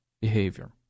behavior